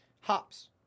Hops